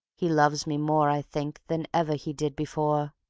he loves me more, i think, than ever he did before.